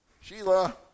Sheila